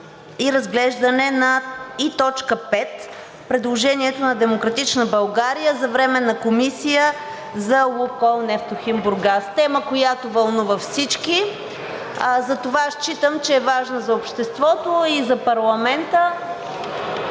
и разглеждане и на т. 5 – предложението на „Демократична България“ за Временна комисия за „Лукойл Нефтохим Бургас“ – тема, която вълнува всички, затова считам, че е важна за обществото и за парламента